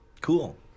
Cool